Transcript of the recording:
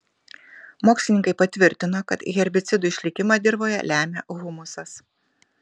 mokslininkai patvirtino kad herbicidų išlikimą dirvoje lemia humusas